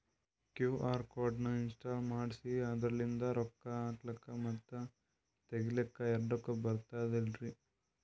QR code ನ install ಮಾಡೆಸಿ ಅದರ್ಲಿಂದ ರೊಕ್ಕ ಹಾಕ್ಲಕ್ಕ ಮತ್ತ ತಗಿಲಕ ಎರಡುಕ್ಕು ಬರ್ತದಲ್ರಿ?